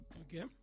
Okay